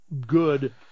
good